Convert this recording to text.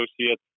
associates